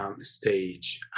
Stage